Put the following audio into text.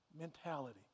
Mentality